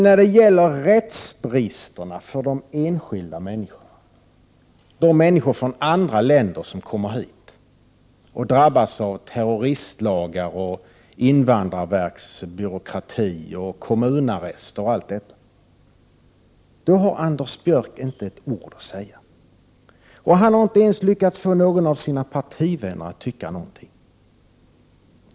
När det gäller rättsbristerna för de enskilda människorna — för människor från andra länder som kommer hit och drabbas av terroristlagar, invandrarverksbyråkrati, kommunarrest och allt detta — har Anders Björck alltså inte ett ord att säga. Och han har inte ens lyckats få någon av sina partivänner att tycka någonting.